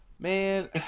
man